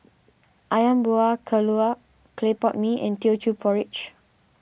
Ayam Buah Keluak Clay Pot Mee and Teochew Porridge